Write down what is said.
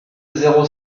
zéro